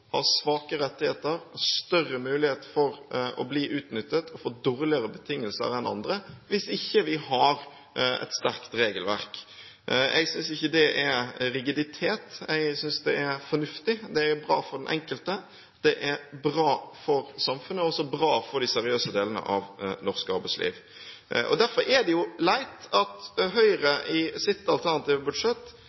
svake rettigheter og større mulighet for å bli utnyttet og få dårligere betingelser enn andre hvis vi ikke har et sterkt regelverk. Jeg synes ikke det er «rigiditet». Jeg synes det er fornuftig, det er bra for den enkelte, det er bra for samfunnet og også bra for de seriøse delene av norsk arbeidsliv. Derfor er det leit at Høyre i sitt alternative budsjett